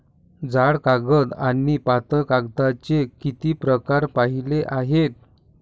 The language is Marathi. जाड कागद आणि पातळ कागदाचे किती प्रकार पाहिले आहेत?